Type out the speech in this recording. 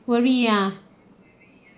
worry ah